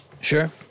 Sure